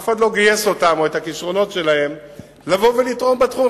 אף אחד לא גייס אותם או את הכשרונות שלהם לבוא ולתרום בתחום.